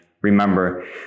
remember